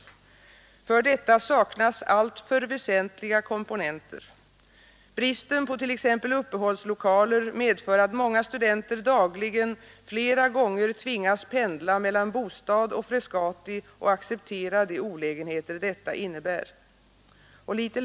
För detta saknas alltför väsentliga komponenter. Bristen på t.ex. uppehållslokaler medför att många studenter dagligen flera gånger tvingas pendla mellan bostad och Frescati och acceptera de olägenheter detta innebär.